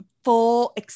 Full